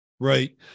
Right